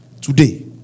today